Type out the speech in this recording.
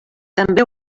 també